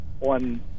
on